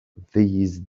these